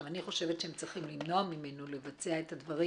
אני חושבת שהם צריכים למנוע ממנו לבצע את הדברים